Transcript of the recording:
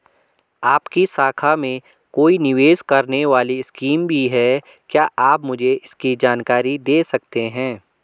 आपकी शाखा में कोई निवेश करने वाली स्कीम भी है क्या आप मुझे इसकी जानकारी दें सकते हैं?